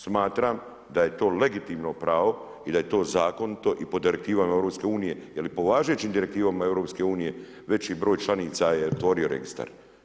Smatram da je to legitimno pravo i da je to zakonito i po direktivama EU jeli po važećim direktivama EU veći broj članica je otvorio registar.